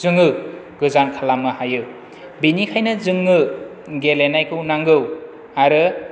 जोङो गोजान खालामनो हायो बेनिखायनो जोंनो गेलेनायखौ नांगौ आरो